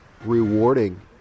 rewarding